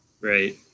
right